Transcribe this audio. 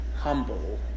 humble